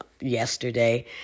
yesterday